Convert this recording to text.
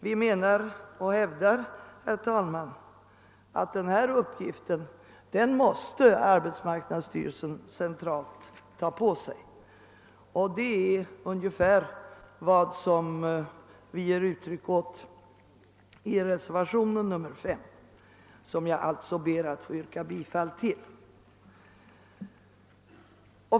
Vi hävdar, herr talman, att arbetsmarknadsstyrelsen centralt måste ta denna uppgift på sig, och detta är vad vi ger uttryck åt i reservationen 5, som jag alltså ber att få yrka bifall till.